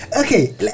Okay